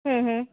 ಹ್ಞೂ ಹ್ಞೂ